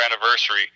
anniversary